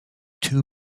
two